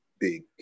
big